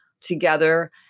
together